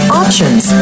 options